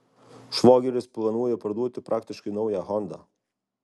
švogeris planuoja parduoti praktiškai naują hondą